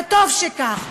וטוב שכך.